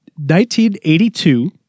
1982